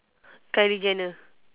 kylie jenner